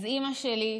אז אימא שלי,